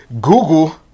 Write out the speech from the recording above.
Google